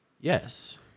yes